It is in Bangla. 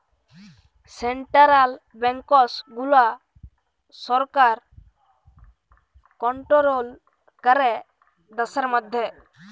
সেনটারাল ব্যাংকস গুলা সরকার কনটোরোল ক্যরে দ্যাশের ম্যধে